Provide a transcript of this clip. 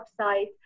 website